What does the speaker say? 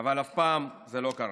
אבל אף פעם זה לא קרה.